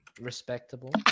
Respectable